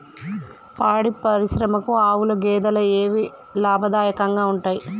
పాడి పరిశ్రమకు ఆవుల, గేదెల ఏవి లాభదాయకంగా ఉంటయ్?